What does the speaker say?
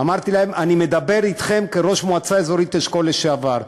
אמרתי להן: אני מדבר אתכם כראש המועצה האזורית אשכול לשעבר,